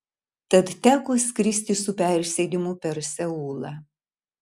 tad teko skristi su persėdimu per seulą